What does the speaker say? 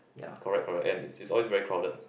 correct correct and is is always very crowded